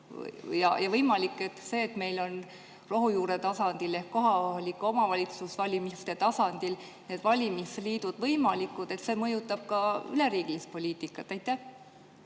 Võimalik, et see, et meil on rohujuuretasandil ehk kohaliku omavalitsuse valimiste tasandil valimisliidud võimalikud, mõjutab ka üleriigilist poliitikat. Aitäh,